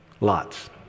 Lots